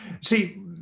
See